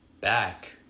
Back